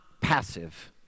passive